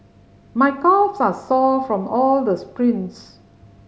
my calves are sore from all the sprints